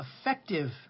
effective